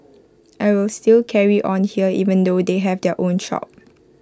I will still carry on here even though they have their own shop